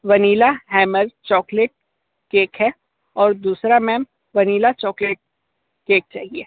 vanilla हैमर chocolate cake है और दूसरा मैम वेनिला चॉकलेट केक चाहिए